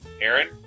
Aaron